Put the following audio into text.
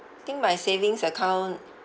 think my savings account